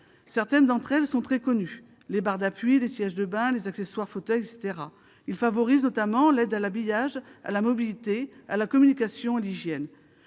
Certaines d'entre elles sont très connues : les barres d'appui, les sièges de bain, les accessoires fauteuils, etc. Ils favorisent notamment l'aide à l'habillage, à la mobilité, à la communication, à l'hygiène.